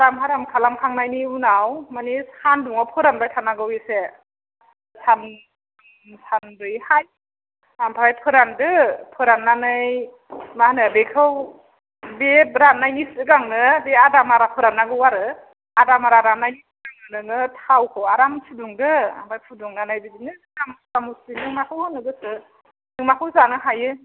हाराम हाराम खालामखांनायनि उनाव मानि सान्दुङाव फोरानबाय थानांगौ एसे सान्थाम सानब्रैहाय ओमफ्राय फोरानदो फोराननानै मा होनो बेखौ बे राननायनि सिगांनो बे आदामारा फोराननांगौ आरो आदा मारा राननायनि उनावनो नोङो थावखौ आराम फुदुंदो ओमफ्राय फुदुंनानै बिदिनो मस्ला मस्लि नों माखौ होनो गोसो नों माखौ जानो हायो